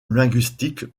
linguistique